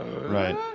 Right